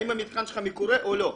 האם המתקן שלך מקורה או לא.